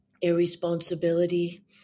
irresponsibility